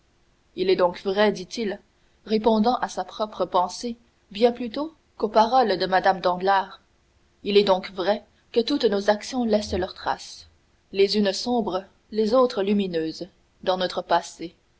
il est donc vrai dit-il répondant à sa propre pensée bien plutôt qu'aux paroles de mme danglars il est donc vrai que toutes nos actions laissent leurs traces les unes sombres les autres lumineuses dans notre passé